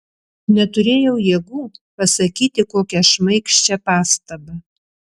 neturėjau jėgų pasakyti kokią šmaikščią pastabą